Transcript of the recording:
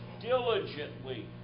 diligently